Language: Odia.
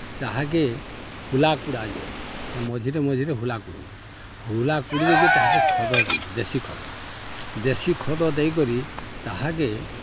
ତାହାକେ ହୁଲାକୁଡ଼ା ଯେନ୍ ସେ ମଝିରେ ମଝିରେ ହୁଲା କୁଡ଼୍ମୁ ହୁଲା କୁଡ଼ି ଦେଇକିରି ତାହାକେ ଖତ ଦେମୁ ଦେଶୀ ଖତ ଦେଶୀ ଖତ ଦେଇକରି ତାହାକେ